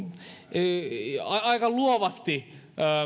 aika luovasti